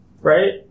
right